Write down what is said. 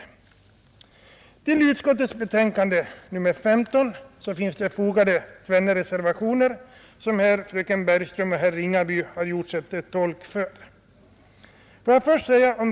Till socialförsäkringsutskottets betänkande nr 15 finns fogade tvenne reservationer, vilka fröken Bergström och herr Ringaby här gjort sig till tolk för.